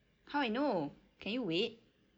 how I know can you wait